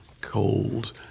cold